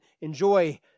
enjoy